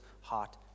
heart